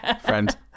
friend